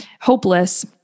hopeless